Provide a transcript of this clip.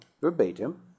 verbatim